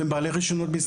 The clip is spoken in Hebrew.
והם בעלי רישיונות בישראל.